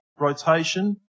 rotation